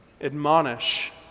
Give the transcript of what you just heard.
Admonish